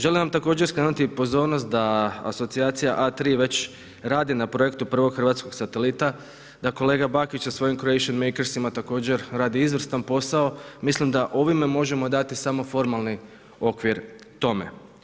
Želim vam također skrenuti pozornost da asocijacija A3 već radi na projektu prvog hrvatskog satelita, da kolega Bakić sa svojim Croatian makersima također radi izvrstan posao, mislim da ovime možemo dati samo formalni okvir tome.